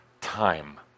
time